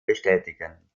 bestätigen